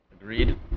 Agreed